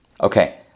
Okay